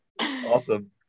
Awesome